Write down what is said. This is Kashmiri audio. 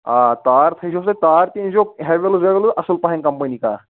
آ تار تھٲوِزہوٚس تےَ تار تہِ أنۍزیٚو حیوٕلز ویوٕلز اصٕل پہَم کَمپٕنی کانٛہہ